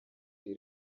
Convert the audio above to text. iri